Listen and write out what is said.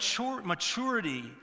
maturity